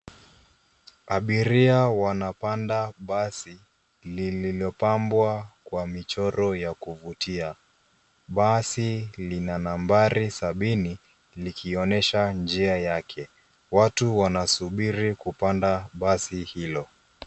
Abiria wanapanda basi lililopambwa kwa michoro ya kuvutia. Basi lina nambari sabini likionyesha njia yake. Watu wanasubiri kupanda basi hilo.